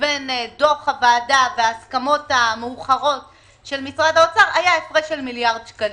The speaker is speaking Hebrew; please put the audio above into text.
לדוח הוועדה וההסכמות המאוחרות של משרד האוצר היה של מיליארד שקלים.